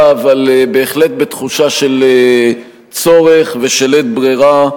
אבל בהחלט בתחושה של צורך ושל לית ברירה,